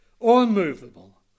unmovable